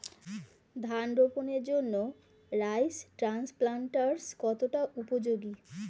ধান রোপণের জন্য রাইস ট্রান্সপ্লান্টারস্ কতটা উপযোগী?